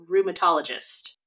rheumatologist